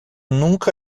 nunca